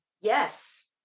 Yes